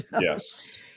Yes